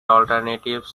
alternatives